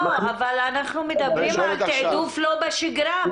אבל אנחנו מדברים על תעדוף לא בשגרה,